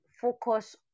focus